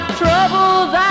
troubles